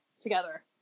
together